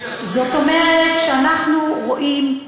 זאת אומרת שאנחנו רואים,